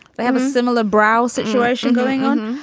have a similar brow situation going on.